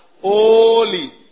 holy